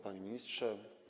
Panie Ministrze!